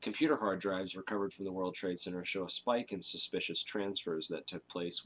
computer hard drives recovered from the world trade center show a spike in suspicious transfers that took place